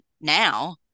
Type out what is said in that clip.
now